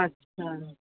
اچھا